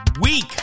week